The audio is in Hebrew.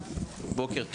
בוקר טוב,